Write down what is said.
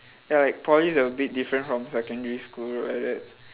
ya like poly's a bit different from secondary school like that